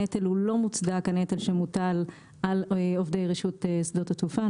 הנטל שמוטל על עובדי רשות שדות התעופה הוא לא מוצדק.